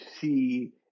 see